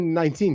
2019